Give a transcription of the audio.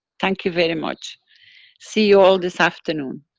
thank you very much see you all this afternoon.